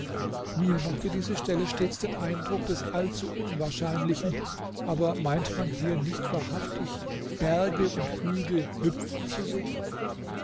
mir machte diese stelle stets den eindruck des allzuunwahrscheinlichen aber meint man hier nicht wahrhaftig berge und hügel hüpfen zu sehen